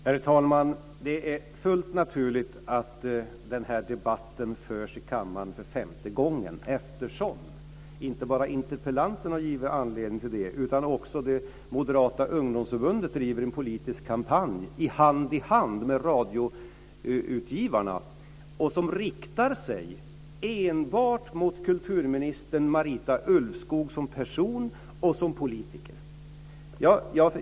Herr talman! Det är fullt naturligt att den här debatten förs i kammaren för femte gången. Detta har inte bara interpellanten givit anledning till, utan också det moderata ungdomsförbundet, som hand i hand med radioutgivarna driver en politisk kampanj riktad enbart mot kulturminister Marita Ulvskog som person och som politiker.